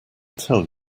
tell